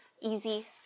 easy